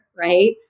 right